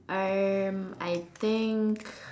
um I think